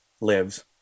lives